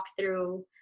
walkthrough